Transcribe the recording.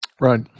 right